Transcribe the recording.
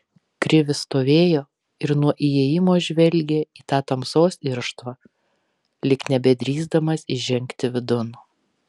krivis stovėjo ir nuo įėjimo žvelgė į tą tamsos irštvą lyg nebedrįsdamas įžengti vidun